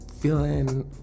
feeling